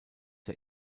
der